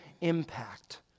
impact